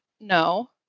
no